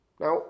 Now